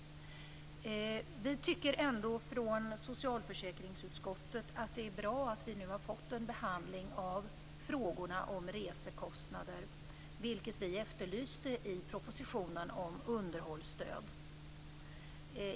Vi tycker ändå, från socialförsäkringsutskottet, att det är bra att vi nu har fått en behandling av frågorna om resekostnader, vilket vi efterlyste i propositionen om underhållsstöd.